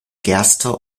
gerste